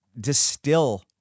distill